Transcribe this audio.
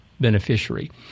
beneficiary